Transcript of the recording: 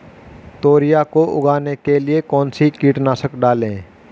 तोरियां को उगाने के लिये कौन सी कीटनाशक डालें?